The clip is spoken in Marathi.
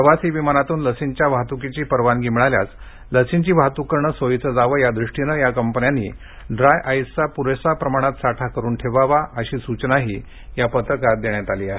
प्रवासी विमानातून लसींच्या वाहतुकीची परवानगी मिळाल्यास लसींची वाहतूक करणं सोयीचं जावं यादृष्टीनं या कंपन्यांनी ड्राय आईसचा पुरेशा प्रमाणात साठा करून ठेवावा अशी सूचनाही या परिपत्रकात करण्यात आली आहे